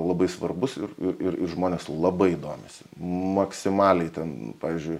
labai svarbus ir ir ir žmonės labai domisi maksimaliai ten pavyzdžiui